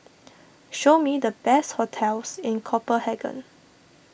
show me the best hotels in Copenhagen